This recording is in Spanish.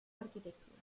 arquitectura